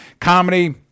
Comedy